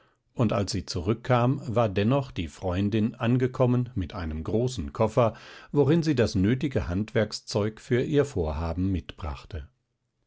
und als sie zurückkam war dennoch die freundin angekommen mit einem großen koffer worin sie das nötige handwerkszeug für ihr vorhaben mitbrachte